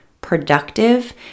productive